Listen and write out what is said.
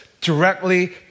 directly